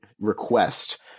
request